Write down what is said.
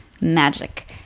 magic